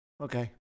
Okay